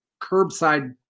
curbside